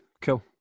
cool